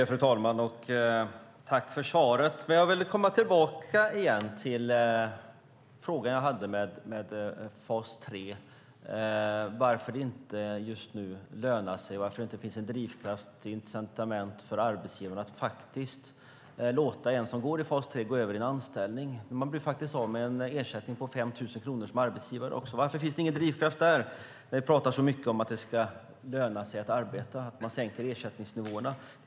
Fru talman! Tack för svaret! Jag vill komma tillbaka till min fråga om fas 3. Varför lönar det sig inte just nu, varför finns det inte drivkraft, incitament, för arbetsgivare att låta den som deltar i fas 3 gå över i en anställning? Arbetsgivaren blir av med en ersättning på 5 000 kronor. Varför finns det ingen drivkraft? Det talas så mycket om att det ska löna sig att arbeta, och ersättningsnivåerna sänks.